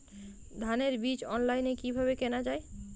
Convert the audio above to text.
ধানের বীজ অনলাইনে কিভাবে কেনা যায়?